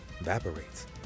evaporates